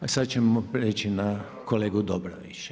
Sad ćemo prijeći na kolegu Dobrovića.